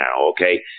okay